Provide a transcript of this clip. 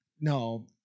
No